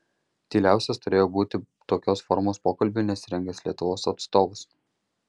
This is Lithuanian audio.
tyliausias turėjo būti tokios formos pokalbiui nesirengęs lietuvos atstovas